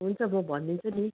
हुन्छ म भनिदिन्छु नि